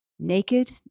Naked